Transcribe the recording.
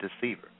deceiver